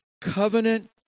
covenant